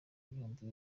ibihumbi